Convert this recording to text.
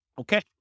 Okay